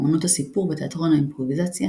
אומנות הסיפור ותיאטרון אימפרוביזציה